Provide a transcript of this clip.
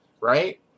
right